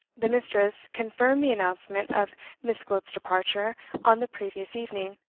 the mistress confirmed the announcement of miss gwilt's departure on the previous evening.